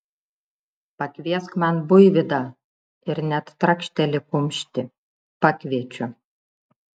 pakviesk man buivydą ir net trakšteli kumštį pakviečiu